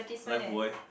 lifebuoy